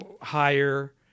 higher